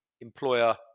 employer